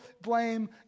blame